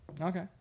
Okay